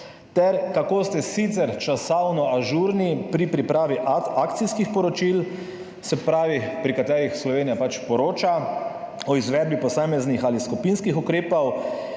Kako ste sicer časovno ažurni pri pripravi akcijskih poročil, v katerih Slovenija poroča o izvedbi posameznih ali skupinskih ukrepov?